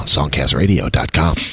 Songcastradio.com